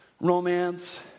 romance